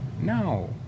No